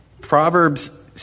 Proverbs